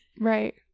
Right